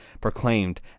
proclaimed